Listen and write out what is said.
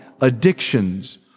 addictions